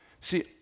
See